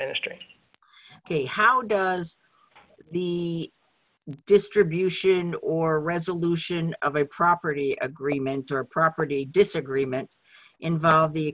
ministry a how does the distribution or resolution of a property agreement or a property disagreement involve the